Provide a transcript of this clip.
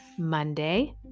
Monday